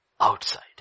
outside